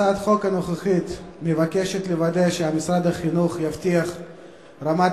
הצעת החוק הנוכחית מבקשת לוודא שמשרד החינוך יבטיח רמת